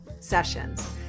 Sessions